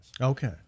okay